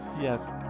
yes